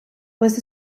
was